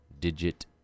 digit